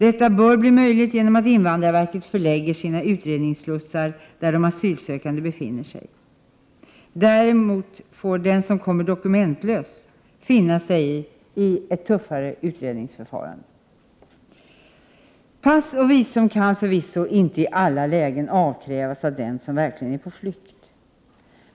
Detta bör bli möjligt genom att invandrarverket förlägger sina utredningsslussar där de asylsökande befinner sig. Däremot får den som kommer dokumentlös finna sig i ett tuffare utredningsförfarande. Pass och visum kan förvisso inte i alla lägen avkrävas den som verkligen är på flykt.